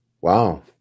Wow